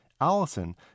Allison